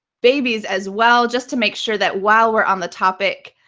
babies as well. just to make sure that while we're on the topic,